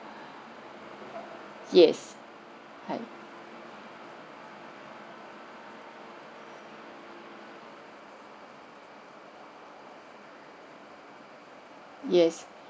yes right yes